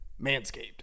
manscaped